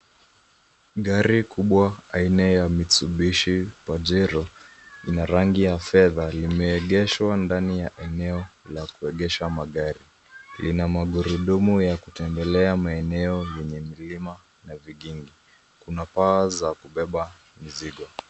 Gari kubwa aina ya mitsubishi pajero ina rangi ya fedha limeegeshwa ndani ya eneo la kuegesha magari. Lina magurudumu ya kutembelea maeneo yenye mlima na vigingi. Kuna paa za kubeba mizigo.